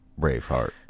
Braveheart